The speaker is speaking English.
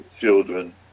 children